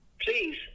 please